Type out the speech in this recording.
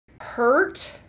hurt